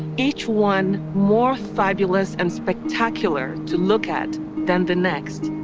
each one, more fabulous and spectacular to look at than the next.